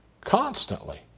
constantly